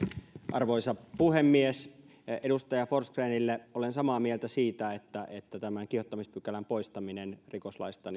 arvoisa puhemies edustaja forsgrenille olen samaa mieltä siitä että että tämän kiihottamispykälän poistaminen rikoslaista